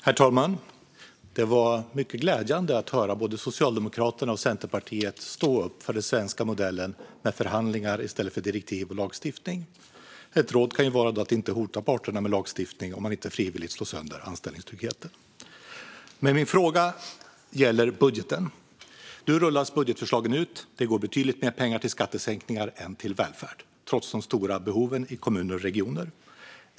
Herr talman! Det var mycket glädjande att höra både Socialdemokraterna och Centerpartiet stå upp för den svenska modellen med förhandlingar i stället för direktiv och lagstiftning. Ett råd kan då vara att inte hota parterna med lagstiftning om de inte frivilligt slår sönder anställningstryggheten. Men min fråga gäller budgeten. Nu rullas budgetförslagen ut. Det går betydligt mer pengar till skattesänkningar än till välfärd, trots de stora behoven i kommuner och regioner.